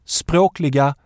språkliga